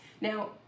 Now